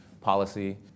policy